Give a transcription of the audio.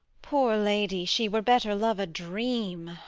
poor lady, she were better love a dream.